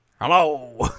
hello